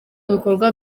ibikorwa